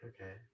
Okay